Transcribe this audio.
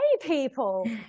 people